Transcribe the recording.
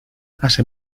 hace